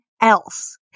else